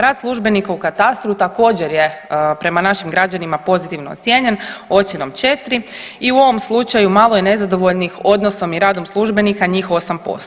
Rad službenika u katastru također je prema našim građanima pozitivno ocijenjen ocjenom 4 i u ovom slučaju malo je nezadovoljnih odnosom i radom službenika njih 8%